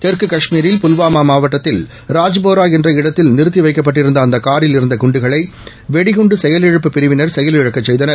தெற்கு காஷ்மீரில் புல்வாமா மாவட்டத்தில் ராஜ்போரா என்ற இடத்தில் நிறுத்தி வைக்கப்பட்டிருந்த அந்த காரில் இருந்த குண்டுகளை வெடிகுண்டு செயலிழப்பு பிரிவினர் செயலிழக்க செய்தனர்